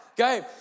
okay